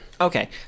Okay